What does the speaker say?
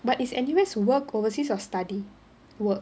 but is N_U_S work overseas or study work